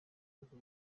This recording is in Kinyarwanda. bihugu